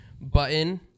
button